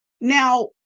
Now